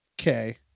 Okay